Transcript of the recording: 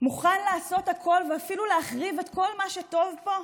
מוכן לעשות הכול ואפילו להחריב את כל מה שטוב פה?